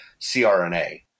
CRNA